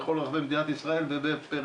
בכל רחבי מדינת ישראל ובפריפריה.